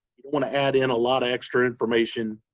you don't want to add in a lot of extra information.